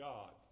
God